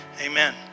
amen